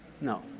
No